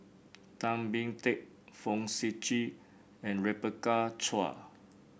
Tan Boon Teik Fong Sip Chee and Rebecca Chua